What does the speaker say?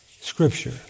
Scripture